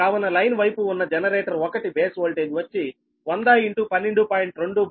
కావున లైన్ వైపు ఉన్న జనరేటర్ 1 బేస్ ఓల్టేజ్ వచ్చి 100 12